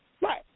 right